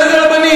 על איזה רבנים?